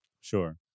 Sure